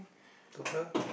total